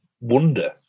wonder